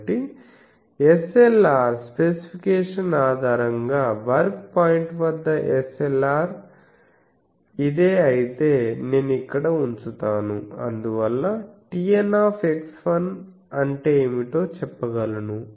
కాబట్టి SLR specification ఆధారంగా work point వద్ద SLR ఇదే అయితే నేను ఇక్కడ ఉంచుతాను అందువల్ల TN అంటే ఏమిటో చెప్పగలను